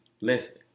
listen